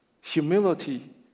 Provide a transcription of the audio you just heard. humility